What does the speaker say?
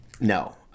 no